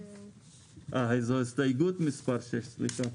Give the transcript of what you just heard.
אה, זו הסתייגות מס' 6 סליחה.